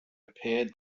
appeared